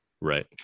right